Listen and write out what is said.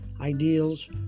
ideals